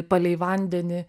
palei vandenį